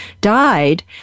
died